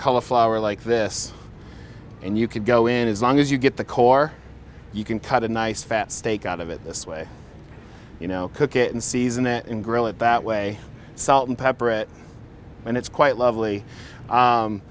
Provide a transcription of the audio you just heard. cauliflower like this and you could go in as long as you get the core you can cut a nice fat steak out of it this way you know cook it and season it and grill it that way salt and pepper it and it's quite lovely